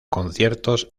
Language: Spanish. conciertos